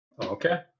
Okay